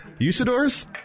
Usadors